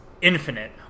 Infinite